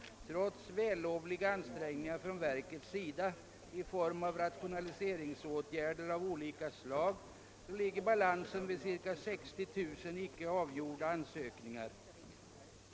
Trots vällovliga ansträngningar från verkets sida i form av rationaliseringsåtgärder av olika slag ligger balansen vid ca 60 000 icke avgjorda ansökningar.